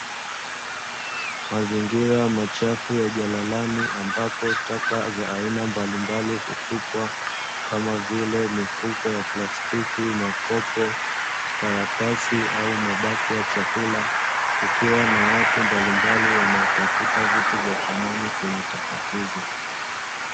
Mazingira machafu ya jalalani ambapo taka za aina mbalimbali hutupwa kama vile mifuko ya plastiki, makopo, karatasi, au mabaki ya chakula kukiwa na watu mbalimbali wanaotafuta vitu vya thamani kwenye taka hizo.